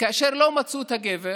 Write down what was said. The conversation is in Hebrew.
וכאשר לא מצאו את הגבר